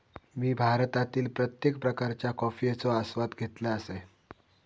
मी भारतातील प्रत्येक प्रकारच्या कॉफयेचो आस्वाद घेतल असय